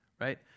right